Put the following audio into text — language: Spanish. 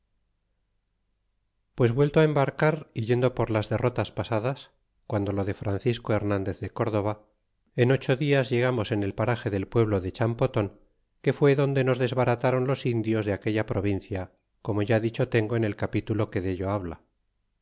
pues vuelto embarcar é yendo por las derrotas pasadas g uando lo de francisco hernandez de córdoba en ocho dias llegamos en el parage del pueblo de champoton que fijé donde nos desbaratron los indios de aquella provincia como ya dicho tengo en el capítulo que dello habla